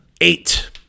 Eight